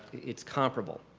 it's comparable.